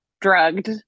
drugged